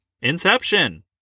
Inception